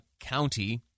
county